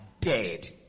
dead